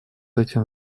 этим